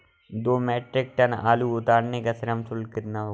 दो metric tonne आलू उतारने का श्रम शुल्क कितना होगा?